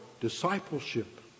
discipleship